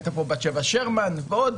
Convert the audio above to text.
הייתה פה בת שבע שרמן ועוד